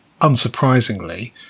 unsurprisingly